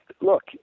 look